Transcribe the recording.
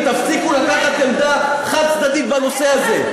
יש הצעה, ותפסיקו לקחת עמדה חד-צדדית בנושא הזה.